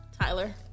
Tyler